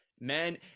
man